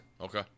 Okay